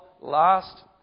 last